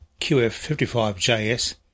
QF55JS